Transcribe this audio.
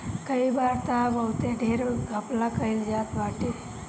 कई बार तअ बहुते ढेर घपला कईल जात बाटे